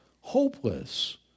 Hopeless